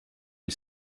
ils